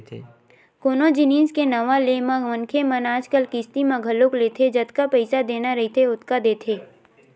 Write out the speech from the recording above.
कोनो जिनिस के नवा ले म मनखे मन आजकल किस्ती म घलोक लेथे जतका पइसा देना रहिथे ओतका देथे